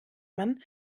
man